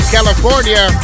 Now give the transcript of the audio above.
California